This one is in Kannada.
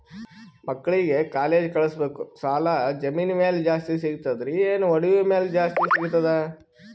ಮಕ್ಕಳಿಗ ಕಾಲೇಜ್ ಕಳಸಬೇಕು, ಸಾಲ ಜಮೀನ ಮ್ಯಾಲ ಜಾಸ್ತಿ ಸಿಗ್ತದ್ರಿ, ಏನ ಒಡವಿ ಮ್ಯಾಲ ಜಾಸ್ತಿ ಸಿಗತದ?